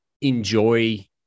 enjoy